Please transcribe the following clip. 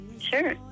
sure